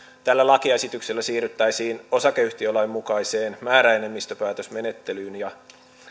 tällä lakiesityksellä siirryttäisiin osakeyhtiölain mukaiseen määräenemmistöpäätösmenettelyyn ja